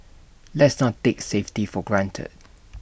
let's not take safety for granted